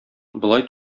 болай